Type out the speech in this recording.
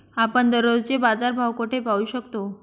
आपण दररोजचे बाजारभाव कोठे पाहू शकतो?